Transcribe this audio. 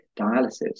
dialysis